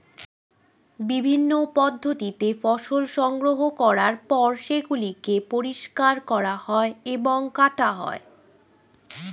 বিভিন্ন পদ্ধতিতে ফসল সংগ্রহ করার পর সেগুলোকে পরিষ্কার করা হয় এবং কাটা হয়